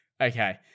Okay